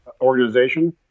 organization